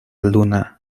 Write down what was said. luna